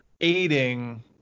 aiding